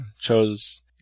chose